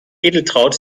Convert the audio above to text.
edeltraud